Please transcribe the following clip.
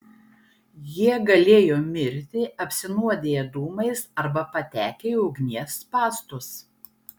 jie galėjo mirti apsinuodiję dūmais arba patekę į ugnies spąstus